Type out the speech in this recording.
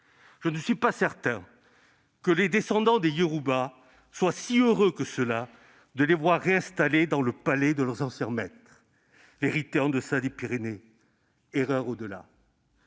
Je ne suis pas certain que les descendants des Yorubas soient si heureux que cela de les voir réinstaller dans le palais de leurs anciens maîtres. « Vérité en deçà des Pyrénées, erreur au-delà.